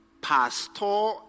Pastor